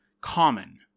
common